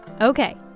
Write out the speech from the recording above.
Okay